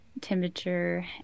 temperature